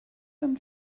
and